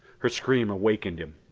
her scream awakened him,